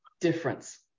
difference